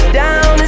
down